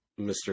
Mr